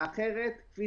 מי